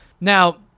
Now-